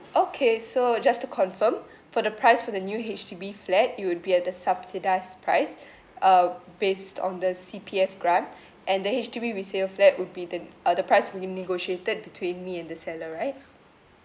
okay so just to confirm for the price for the new H_D_B flat it would be at a subsidised price uh based on the C_P_F grant and the H_D_B resale flat would be the uh the price would be negotiated between me and the seller right